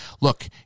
Look